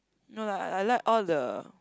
no lah I like all the